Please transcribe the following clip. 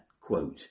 quote